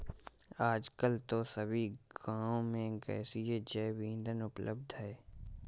आजकल तो सभी गांव में गैसीय जैव ईंधन उपलब्ध है